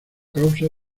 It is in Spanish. causa